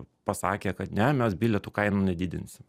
pasakė kad ne mes bilietų kainų nedidinsim